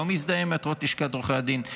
לא מזדהה עם מטרות לשכת עורכי הדין,